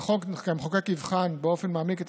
נכון כי המחוקק יבחן באופן מעמיק את